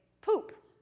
poop